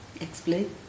Explain